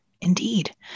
Indeed